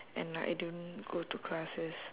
and like I didn't go to classes